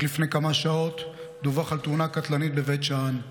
רק לפני כמה שעות דווח על תאונה קטלנית בבית שאן: